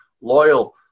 loyal